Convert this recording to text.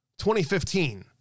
2015